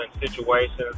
situations